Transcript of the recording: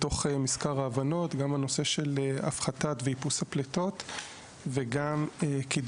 לפיתוח התשתיות לעתיד הרחוק יותר ולכל מה שצריך